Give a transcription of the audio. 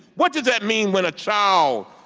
what does that mean when a child.